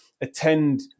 attend